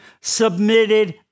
submitted